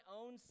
own